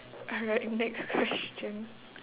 alright next question